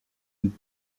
und